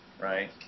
right